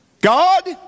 God